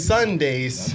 Sundays